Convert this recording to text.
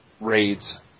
raids